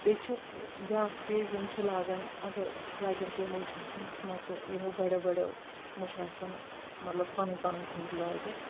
بیٚیہِ چھِ بَیاکھ چیٖز یِم چھِ لاگَان اگر لگن تہِ یِمو چھِ آسَان مان ژٕ یِمَو بَڑیٚو بڑیٚو یِمَو چھِ آسان مطلب پنٕنۍ پنٕنۍ تھٲۍ مٕتۍ لٲگِتھ